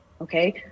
Okay